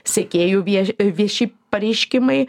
sekėjų vie vieši pareiškimai